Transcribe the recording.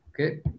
Okay